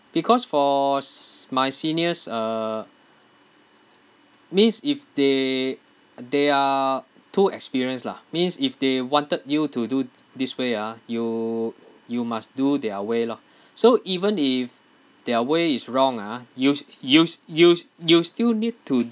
because for s~ my seniors uh means if they they are too experienced lah means if they wanted you to do this way ah you you must do their way lor so even if their way is wrong ah you you you you still need to